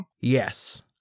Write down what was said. Yes